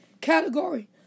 category